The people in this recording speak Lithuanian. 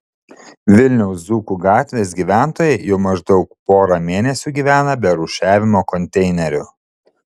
vilniaus dzūkų gatvės gyventojai jau maždaug porą mėnesių gyvena be rūšiavimo konteinerių